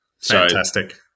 fantastic